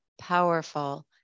powerful